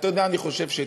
אתה יודע, אני חושב שאצלך.